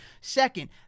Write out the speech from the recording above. Second